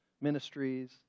ministries